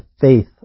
faith